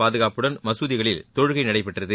பாதுகாப்புடன் மசூதிகளில் தொழுகை நடைபெற்றது